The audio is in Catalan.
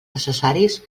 necessaris